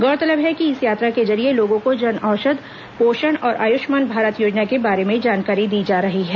गौरतलब है कि इस यात्रा के जरिये लोगों को जनऔषधि पोषण और आयुष्मान भारत योजना के बारे में जानकारी दी जा रही है